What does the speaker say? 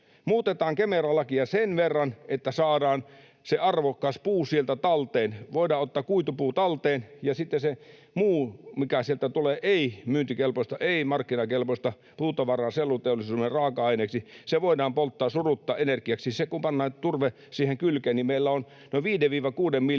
Muutetaan Kemera-lakia sen verran, että saadaan se arvokas puu sieltä talteen ja voidaan ottaa kuitupuu talteen ja sitten se muu, mikä sieltä tulee, ei-myyntikelpoista, ei-markkinakelpoista puutavaraa selluteollisuuden raaka-aineeksi, voidaan polttaa surutta energiaksi. Kun pannaan turve siihen kylkeen, niin meillä on noin viiden—kuuden